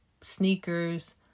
sneakers